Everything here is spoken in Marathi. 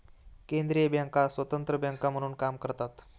केंद्रीय बँका स्वतंत्र बँका म्हणून काम करतात